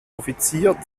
offizier